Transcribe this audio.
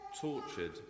tortured